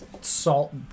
salt